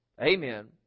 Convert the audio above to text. Amen